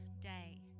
day